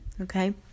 Okay